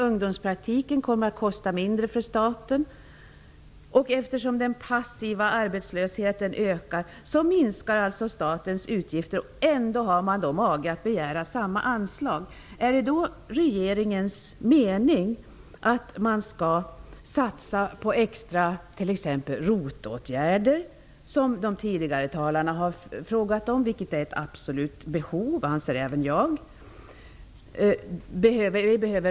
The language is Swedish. Ungdomspraktiken kommer att kosta mindre för staten, och den passiva arbetslösheten ökar. Därför minskar statens utgifter. Ändå har man mage att begära samma anslag. Är det regeringens mening att man skall satsa extra på ROT-åtgärder, som de tidigare talarna har frågat om? Även jag anser att det finns ett stort behov.